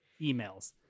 emails